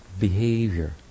behavior